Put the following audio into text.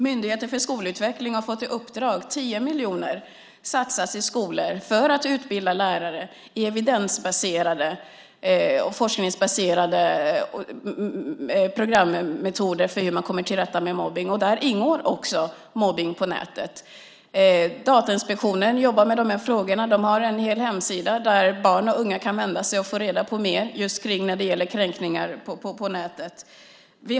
Myndigheten för skolutveckling har fått 10 miljoner som satsas i skolor för att utbilda lärare i evidensbaserade och forskningsbaserade programmetoder för hur man kommer till rätta med mobbning. Där ingår också mobbning på nätet. Datainspektionen jobbar med de här frågorna. De har en hel hemsida där barn och unga kan få reda på mer just när det gäller kränkningar på nätet.